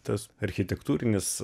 tas architektūrinis